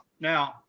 Now